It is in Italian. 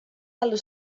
allo